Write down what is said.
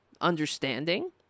understanding